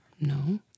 No